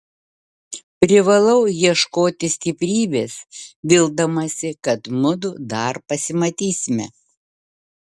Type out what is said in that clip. privalau ieškoti stiprybės vildamasi kad mudu dar pasimatysime